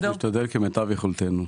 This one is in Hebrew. אנחנו נשתדל כמיטב יכולתנו.